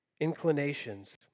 inclinations